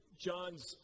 John's